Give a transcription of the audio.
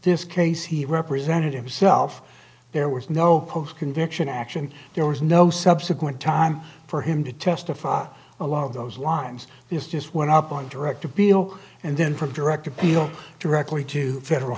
this case he represented himself there was no post conviction action there was no subsequent time for him to testify a lot of those lines is just one up on direct appeal and then from direct appeal directly to federal